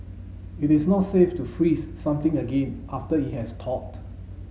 it is not safe to freeze something again after it has thawed